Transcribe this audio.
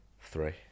Three